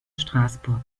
straßburg